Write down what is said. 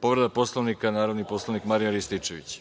Povreda Poslovnika, narodni poslanik Marijan Rističević.